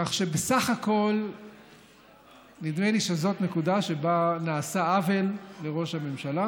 כך שבסך הכול נדמה לי שזאת נקודה שבה נעשה עוול לראש הממשלה,